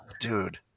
dude